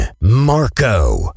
Marco